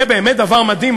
זה באמת דבר מדהים,